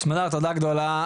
סמדר, תודה גדולה.